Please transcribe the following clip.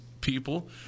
people